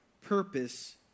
purpose